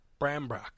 Brambrock